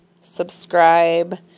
subscribe